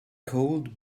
cold